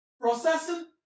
Processing